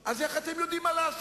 בהליך מהיר.